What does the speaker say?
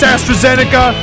AstraZeneca